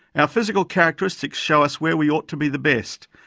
our physical characteristics show us where we ought to be the best,